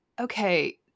okay